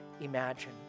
imagine